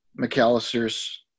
McAllister's